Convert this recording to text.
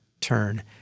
turn